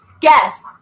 Guess